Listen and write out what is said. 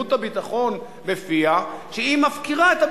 שרוממות הביטחון בפיה, שהיא מפקירה את הביטחון.